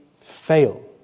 fail